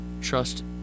trust